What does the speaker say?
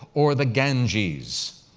or the ganges?